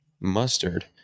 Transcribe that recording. mustard